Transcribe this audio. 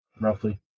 roughly